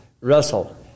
Russell